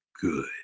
good